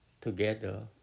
together